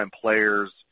players